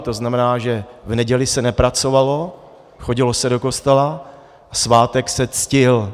To znamená, že v neděli se nepracovalo, chodilo se do kostela a svátek se ctil.